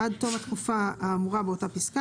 עד תום התקופה האמורה באותה פסקה,